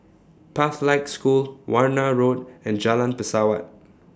Pathlight School Warna Road and Jalan Pesawat